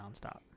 nonstop